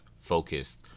focused